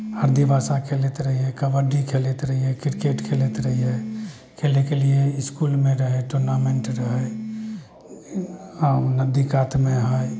आदिबासा खेलैत रहियै कबड्डी खेलैत रहियै क्रिकेट खेलैत रहियै खेलेके लिए इसकुलमे रहै टूर्नामेन्ट रहै टुर्नामेन्ट रहै आ नदी कात मे हइ